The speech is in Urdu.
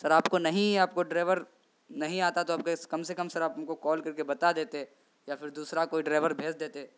سر آپ کو نہیں آپ کو ڈریور نہیں آتا تو آپ کے کم سے کم سر آپ ہم کو کال کر کے بتا دیتے یا پھر دوسرا کوئی ڈریور بھیج دیتے